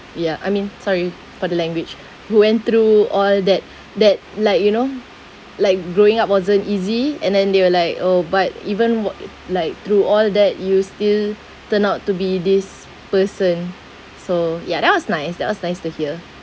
ya I mean sorry for the language who went through all that that like you know like growing up wasn't easy and then they were like oh but even walk like through all that you still turned out to be this person so ya that was nice that was nice to hear